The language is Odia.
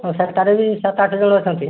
ହଁ ସେଇଟାରେ ବି ସାତ ଆଠ ଜଣ ଅଛନ୍ତି